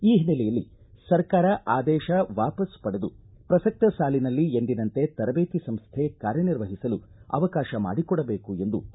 ಈ ಹಿನ್ನೆಲೆಯಲ್ಲಿ ಸರ್ಕಾರ ಆದೇಶ ವಾಪಸ್ ಪಡೆದು ಪ್ರಸಕ್ತ ಸಾಲಿನಲ್ಲಿ ಎಂದಿನಂತೆ ತರಬೇತಿ ಸಂಸ್ಥೆ ಕಾರ್ಯನಿರ್ವಹಿಸಲು ಅವಕಾಶ ಮಾಡಿಕೊಡಬೇಕು ಎಂದು ಅವರು ಆಗ್ರಹಿಸಿದ್ದಾರೆ